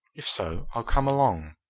if so, i'll come along.